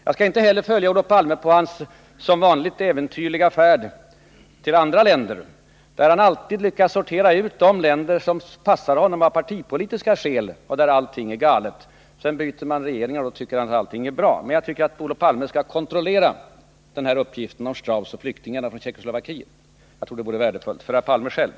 Jag skall inte heller följa Olof Palme på hans som vanligt äventyrliga färd till andra länder, där han alltid lyckas sortera ut de länder som passar honom av partipolitiska skäl och där allting är galet. Sedan byter man regering, och då anser han att allting är bra. Men jag tycker att Olof Palme skall kontrollera uppgiften om Strauss och flyktingarna från Tjeckoslovakien. Jag tror det vore värdefullt för herr Palme själv.